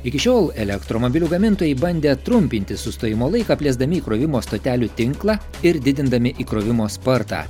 iki šiol elektromobilių gamintojai bandė trumpinti sustojimo laiką plėsdami įkrovimo stotelių tinklą ir didindami įkrovimo spartą